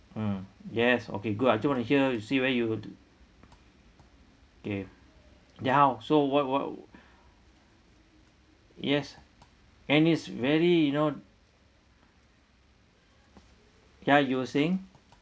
mm yes okay good I just want to hear you see where you okay ya !ow! so what what yes and it's very you know ya you were saying